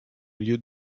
milieu